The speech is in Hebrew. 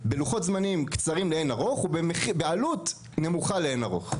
בלוחות זמנים קצרים לאין ערוך ובעלות נמוכה לאין ערוך.